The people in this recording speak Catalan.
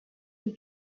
qui